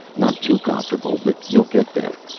not too comfortable, but you'll get there.